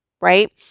right